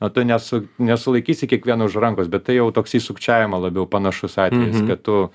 o tu ne su nesulaikysi kiekvieno už rankos bet tai jau toks į sukčiavimą labiau panašus atvejis kad tu